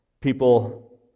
People